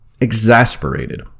exasperated